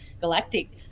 galactic